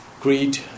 greed